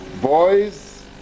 Boys